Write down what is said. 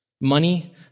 Money